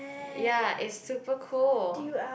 ya it's super cool